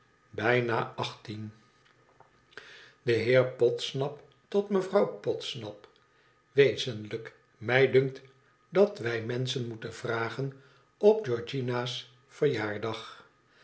bijna achttien de heer podsnap tot mevrouw podsnap wezenlijk mij dunkt dat wij menschen moesten vragen op georgiana's